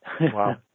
wow